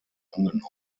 angenommen